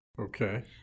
Okay